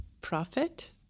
prophet